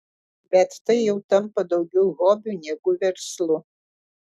bet tai jau tampa daugiau hobiu negu verslu